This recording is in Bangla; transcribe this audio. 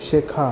শেখা